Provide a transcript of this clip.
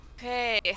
Okay